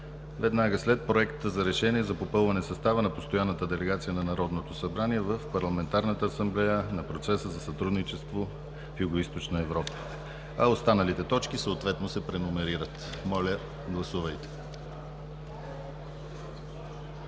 веднага след Проекта за решение за попълване състава на постоянната делегация на Народното събрание в Парламентарната асамблея на процеса за сътрудничество в Югоизточна Европа. Останалите точки съответно се преномерират. Моля, гласувайте.